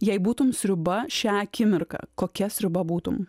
jei būtum sriuba šią akimirką kokia sriuba būtum